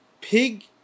Pig